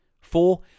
Four